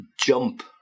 jump